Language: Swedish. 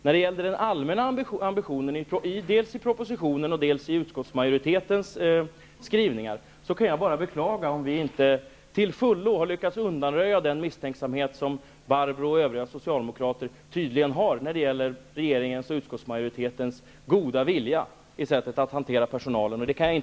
När det gäller den allmänna ambitionen, dels i propositionen, dels i utskottsmajoritetens skrivningar, kan jag bara beklaga om vi inte till fullo har lyckats undanröja den misstänksamhet som Barbro Evermo Palmerlund och övriga socialdemokrater tydligen har i vad avser regeringens och utskottsmajoritetens goda vilja i sättet att hantera personalen.